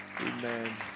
Amen